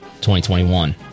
2021